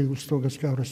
jeigu stogas kiauras